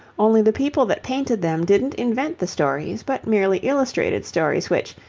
only the people that painted them didn't invent the stories but merely illustrated stories which,